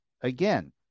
again